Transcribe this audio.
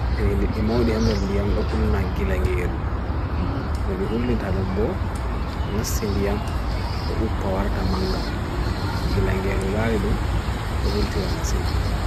Ehele demawdihan derdiyam lukul na gilangeyeru. Ndihul li ta lumbu, penas sindiyam lukupawarta manga. Tugilangeyeru lalidum, lukulti ramasin.